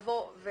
אם